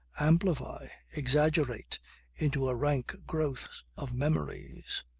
amplify, exaggerate into a rank growth of memories.